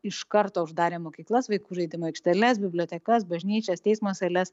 iš karto uždarė mokyklas vaikų žaidimų aikšteles bibliotekas bažnyčias teismo sales